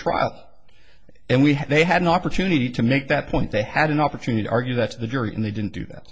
trial and we have they had an opportunity to make that point they had an opportunity argue that's the jury and they didn't do that